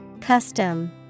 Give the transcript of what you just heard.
Custom